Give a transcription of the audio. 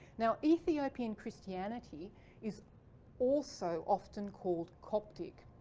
now ethiopian christianity is also often called coptic,